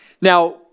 Now